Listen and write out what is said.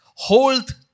Hold